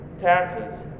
taxes